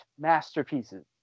masterpieces